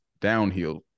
downhill